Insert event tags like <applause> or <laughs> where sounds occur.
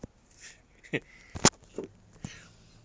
<laughs> <breath>